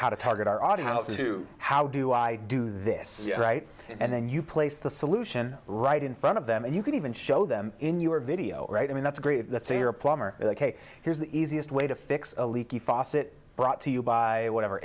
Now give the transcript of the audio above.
how to target our audiences to how do i do this right and then you place the solution right in front of them and you can even show them in your video right i mean that's great let's say you're a plumber ok here's the easiest way to fix a leaky faucet brought to you by whatever